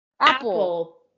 Apple